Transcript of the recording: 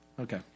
Okay